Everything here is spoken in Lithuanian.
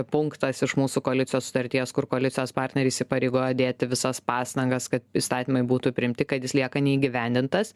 punktas iš mūsų koalicijos sutarties kur koalicijos partneriai įsipareigoja dėti visas pastangas kad įstatymai būtų priimti kad jis lieka neįgyvendintas